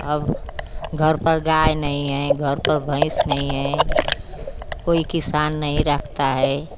अब घर पर गाई नही है घर पर भैंस नहीं है कोई किसान नहीं रखता है